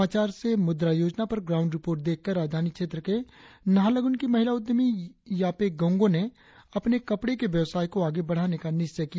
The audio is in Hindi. समाचार से मुद्रा योजना पर ग्राउंड रिपोर्ट देखकर राजधानी क्षेत्र के नाहरलगुन कि महिला उद्यमी यापे गोंगो ने अपने कपड़े के व्यवसाय को आगे बढ़ाने का निश्चय किया